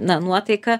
na nuotaiką